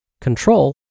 Control